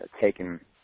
taken